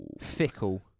Fickle